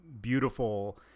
beautiful